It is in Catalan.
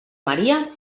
maria